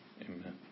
amen